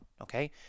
okay